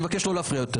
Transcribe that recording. אני מבקש לא להפריע יותר.